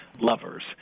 lovers